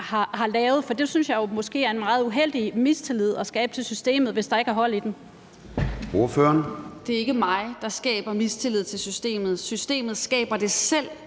har lavet. For jeg synes, det er en meget uheldig mistillid at skabe til systemet, hvis der ikke er hold i dem.